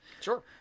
Sure